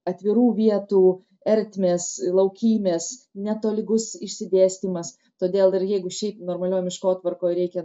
atvirų vietų ertmės laukymės netolygus išsidėstymas todėl ir jeigu šiaip normalioj miškotvarkoj reikia